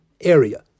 area